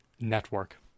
network